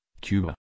Cuba